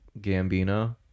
Gambino